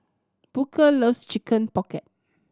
Booker loves Chicken Pocket